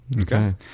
Okay